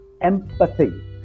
empathy